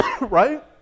Right